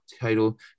title